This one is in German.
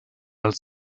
als